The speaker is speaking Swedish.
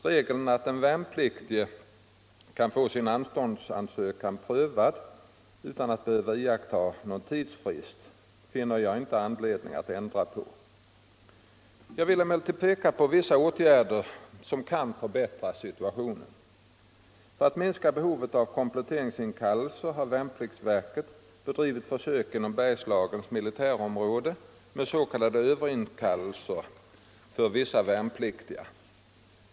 Regeln att den värnpliktige kan få sin anståndsansökan prövad utan att behöva iaktta någon tidsfrist finner jag inte anledning att ändra på. Jag vill emellertid peka på vissa åtgärder som kan förbättra situationen. För att minska behovet av kompletteringsinkallelser har värnpliktsverket bedrivit försök inom Bergslagens militärområde med s.k. överinkallelse för vissa värnpliktiga.